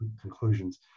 conclusions